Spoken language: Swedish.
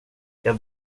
jag